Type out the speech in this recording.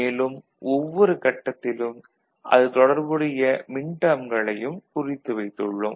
மேலும் ஒவ்வொருக் கட்டத்திலும் அது தொடர்புடைய மின்டேர்ம்களையும் குறித்து வைத்துள்ளோம்